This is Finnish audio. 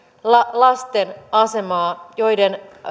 lasten asemaa joiden